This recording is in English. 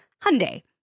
Hyundai